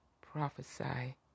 prophesy